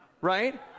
right